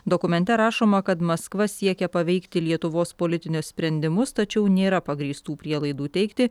dokumente rašoma kad maskva siekia paveikti lietuvos politinius sprendimus tačiau nėra pagrįstų prielaidų teigti